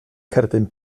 cerdyn